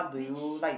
which